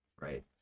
right